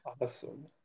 awesome